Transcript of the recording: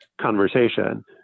conversation